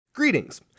Greetings